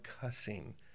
cussing